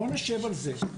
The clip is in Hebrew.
בואו נשבע על זה.